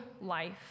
life